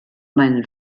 meinen